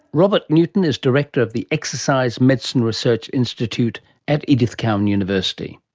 robert newton is director of the exercise medicine research institute at edith cowan university.